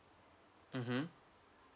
mmhmm